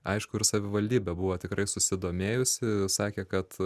aišku ir savivaldybė buvo tikrai susidomėjusi sakė kad